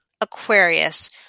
Aquarius